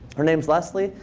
her name's leslie.